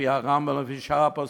לפי הרמב"ם ולפי שאר הפוסקים,